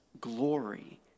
glory